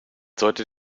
sollte